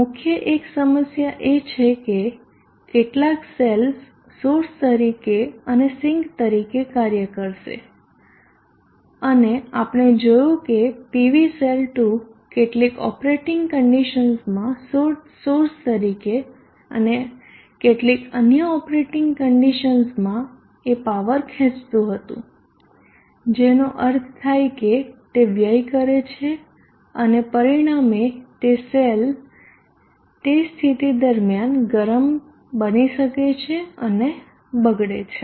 મુખ્ય એક સમસ્યા એ છે કે કેટલાક સેલ્સ સોર્સ તરીકે અને સિંક કાર્ય કરશે અને અને આપણે જોયું કે PV સેલ 2 કેટલીક ઓપરેટિંગ કંડીશન્સમાં સોર્સ તરીકે અને કેટલીક અન્ય ઓપરેટિંગ કંડીશન્સ માં એ પાવર ખેચતું હતું જેનો અર્થ થાય છે કે તે વ્યય કરે છે અને પરિણામે તે સેલ તે સ્થિતિ દરમિયાન ગરમ બની શકે છે અને બગડે છે